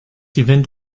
event